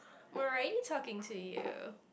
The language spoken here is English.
we're already talking to you